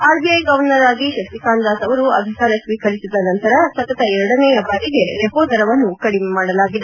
RBI ಗವರ್ನರ್ಆಗಿ ಶಕ್ತಿಕಾಂತ್ ದಾಸ್ ಅವರು ಅಧಿಕಾರ ಸ್ವೀಕರಿಸಿದ ನಂತರ ಸತತ ಎರಡನೆಯ ಬಾರಿಗೆ ರೆಪೊ ದರವನ್ನು ಕಡಿಮೆ ಮಾಡಲಾಗಿದೆ